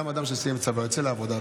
גם אדם שסיים צבא יוצא לעבודה,